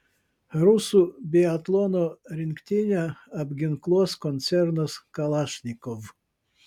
rusų biatlono rinktinę apginkluos koncernas kalašnikov